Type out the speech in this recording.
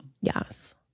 Yes